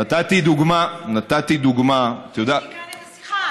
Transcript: נתתי דוגמה, יש לי כאן את השיחה.